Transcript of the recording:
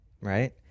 right